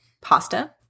pasta